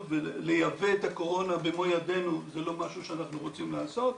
ולייבא את הקורונה במו ידנו זה לא משהו שאנחנו רוצים לעשות,